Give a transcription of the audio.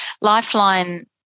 lifeline